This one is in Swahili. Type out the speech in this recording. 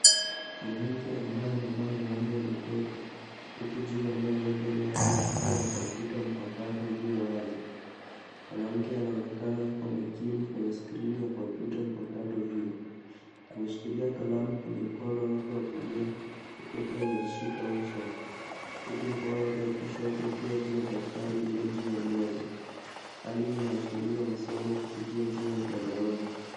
Mwanamke ambaye amevaa miwani ameketi huku juu ya meza mbele yake kukiwa na kompyuta mpakato iliyo wazi. Mwanamke anaonekana yuko makini kwenye skrini ya kompyuta mpakato hio. Ameshikilia kalamu kwenye mkono wake wa kulia huku akiwa amejishika uso, huku mkono wake wa kushoto ukiwa juu ya daftari iliyo juu ya meza. Hali hii inaashiria masomo kupitia njia ya mtandaoni.